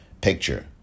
picture